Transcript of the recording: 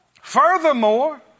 Furthermore